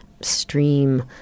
stream